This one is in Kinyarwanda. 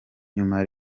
nyuma